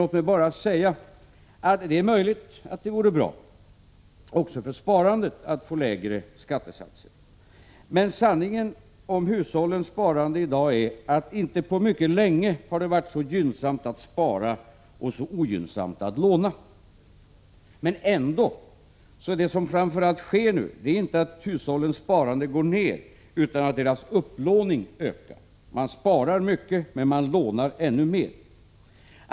Låt mig bara säga att det är möjligt att det vore bra också för sparandet att få lägre skattesatser. Sanningen om hushållens sparande i dag är att det inte på mycket länge varit så gynnsamt att spara och så ogynnsamt att låna. Men det som sker nu är inte att hushållens sparande går ner, utan att deras upplåning ökar. Man sparar mycket, men man lånar ännu mera.